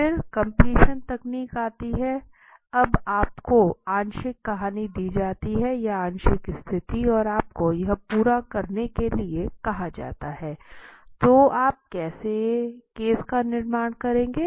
फिर कंप्लीशन तकनीक आती है अब आप को आंशिक कहानी दी जाती है या आंशिक स्थिति और आपको यह पूरा करने के लिए कहा जाता है तो आप केस का निर्माण करेंगे